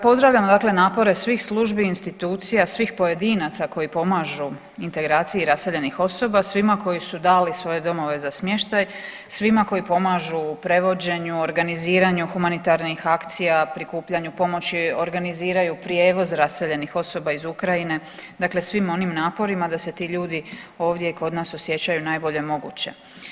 Pozdravljamo dakle napore svih službi, institucija, svih pojedinaca koji pomažu integraciji raseljenih osoba, svima koji su dali svoje domove za smještaj, svima koji pomažu u prevođenju, organiziranju humanitarnih akcija, prikupljanju pomoći, organiziraju prijevoz raseljenih osoba iz Ukrajine, dakle svim onim naporima da se ti ljudi ovdje i kod nas osjećaju najbolje moguće.